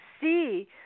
see